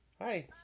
Hi